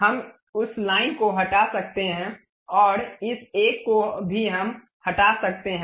हम उस लाइन को हटा सकते हैं और इस एक को भी हम हटा सकते हैं